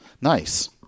Nice